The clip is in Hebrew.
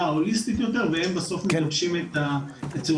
ההוליסטית יותר והם בסוף מגבשים את התצורה.